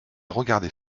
regardait